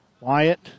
Wyatt